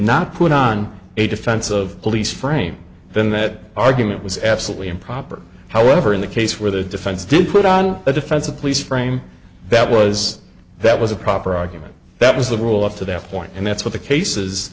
not put on a defense of police frame then that argument was absolutely improper however in the case where the defense did put on a defense a police frame that was that was a proper argument that was the rule up to that point and that's what the cases